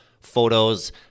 photos